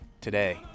today